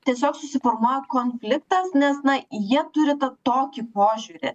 tiesiog susiformavo konfliktas nes na jie turi tą tokį požiūrį